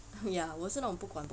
我是那种不管